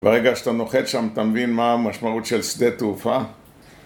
ברגע שאתה נוחת שם אתה מבין מה המשמעות של שדה תעופה